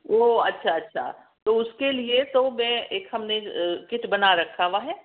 او اچھا اچھا تو اس کے لئے تو میں ایک ہم نے کٹ بنا رکھا ہوا ہے